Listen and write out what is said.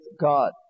God